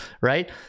right